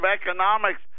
economics